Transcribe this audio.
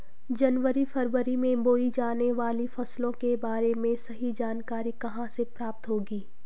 जनवरी फरवरी में बोई जाने वाली फसलों के बारे में सही जानकारी कहाँ से प्राप्त होगी?